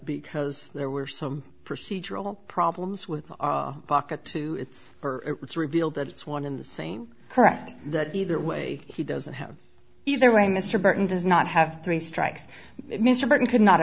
because there were some procedural problems with a bucket two it's revealed that it's one in the same correct that either way he doesn't have either way mr burton does not have three strikes mr burton could not